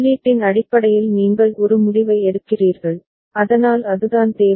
உள்ளீட்டின் அடிப்படையில் நீங்கள் ஒரு முடிவை எடுக்கிறீர்கள் அதனால் அதுதான் தேவை